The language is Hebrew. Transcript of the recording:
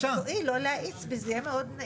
אם תואיל לא להאיץ בי, זה יהיה מאוד נעים מצדך.